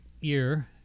year